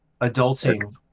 adulting